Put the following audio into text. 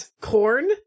Corn